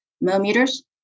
millimeters